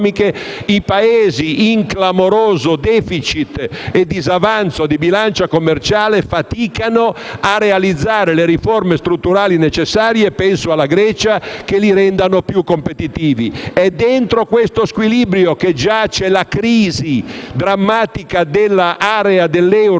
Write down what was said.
i Paesi in clamoroso *deficit* e disavanzo di bilancia commerciale faticano a realizzare le riforme strutturali necessarie (penso alla Grecia) che li rendano più competitivi. È dentro questo squilibrio che già c'è la crisi drammatica dell'area dell'euro